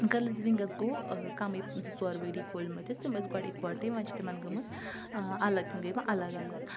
girls wings گوٚو کَمٕے زٕ ژور ؤری کھوٗلۍ مٕتِس تِم ٲسۍ گۄڈٕ اِکوَٹَے وۄنۍ چھِ تِمَن گٔمٕژ الگ تِم گٔے وۄنۍ الگ الگ